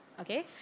okay